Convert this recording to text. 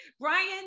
Brian